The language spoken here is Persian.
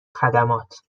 خدمات